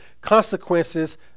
consequences